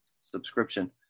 subscription